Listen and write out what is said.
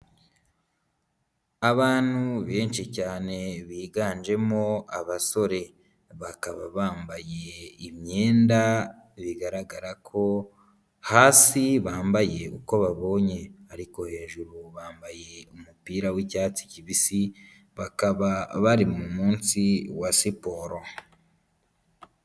Abantu benshi cyane biganjemo abasore, bakaba bambaye imyenda bigaragara ko hasi bambaye uko babonye ariko hejuru bambaye umupira w'icyatsi kibisi bakaba bari mu munsi wa siporo.